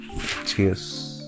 cheers